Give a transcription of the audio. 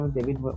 David